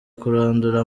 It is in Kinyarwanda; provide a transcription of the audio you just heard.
kurandura